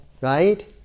right